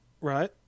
right